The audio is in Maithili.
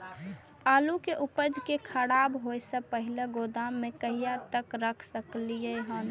आलु के उपज के खराब होय से पहिले गोदाम में कहिया तक रख सकलिये हन?